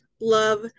love